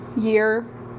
year